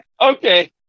Okay